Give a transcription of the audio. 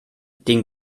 den